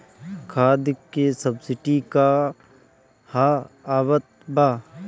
खाद के सबसिडी क हा आवत बा?